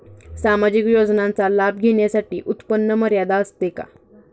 सामाजिक योजनांचा लाभ घेण्यासाठी उत्पन्न मर्यादा असते का?